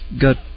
got